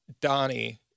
Donnie